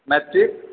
matric